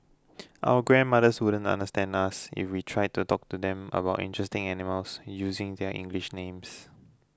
our grandmothers wouldn't understand us if we tried to talk to them about interesting animals using their English names